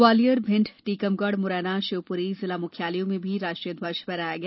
ग्वालियर भिण्ड टीकमगढ़ मुरैना शिवपुरी जिला मुख्यालयों में भी राष्ट्रीय ध्वज फहराया गया